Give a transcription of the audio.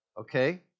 Okay